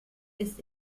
ist